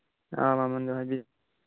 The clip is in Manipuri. ꯑꯥ ꯃꯃꯟꯗꯨ ꯍꯥꯏꯕꯤꯌꯨ